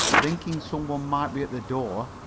thinking some one might be at the door,